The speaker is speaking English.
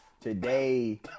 Today